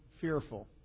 fearful